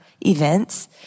events